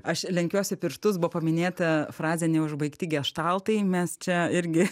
aš lenkiuosi pirštus buvo paminėta frazė neužbaigti geštaltai mes čia irgi